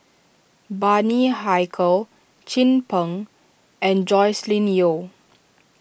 Bani Haykal Chin Peng and Joscelin Yeo